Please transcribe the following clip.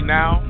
now